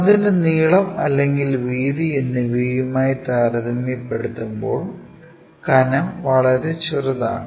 അതിന്റെ നീളം അല്ലെങ്കിൽ വീതി എന്നിവയുമായി താരതമ്യപ്പെടുത്തുമ്പോൾ കനം വളരെ ചെറുതാണ്